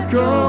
go